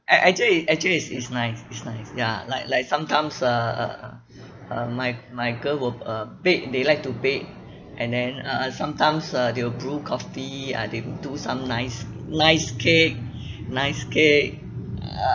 ac~ actually actually it's it's nice it's nice ya like like sometimes err err err err my my girl will uh bake they like to bake and then uh uh sometimes uh they will brew coffee ah they would do some nice nice cake nice cake uh